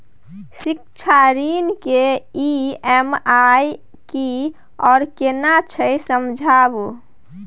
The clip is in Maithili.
शिक्षा ऋण के ई.एम.आई की आर केना छै समझाबू?